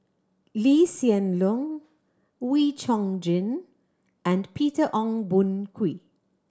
Lee Hsien Loong Wee Chong Jin and Peter Ong Boon Kwee